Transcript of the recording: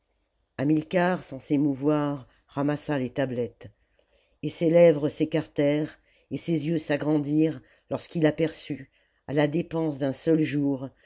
hamilcar sans s'émouvoir ramassa les tablettes et ses lèvres s'écartèrent et ses yeux s'agrandirent lorsqu'il aperçut à la dépense d'un seul jour